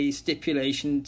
stipulation